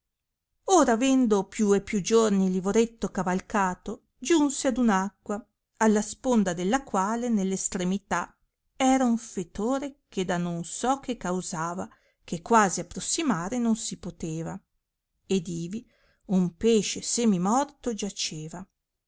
or avendo più e più giorni lavoretto cavalcato giunse ad un'acqua alla sponda della quale nell'estremità era un fetore che da non so che causava che quasi approssimare non si poteva ed ivi un pesce semimorto giaceva